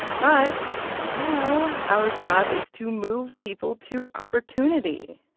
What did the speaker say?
but now our job is to move people to opportunity.